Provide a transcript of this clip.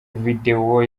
videwo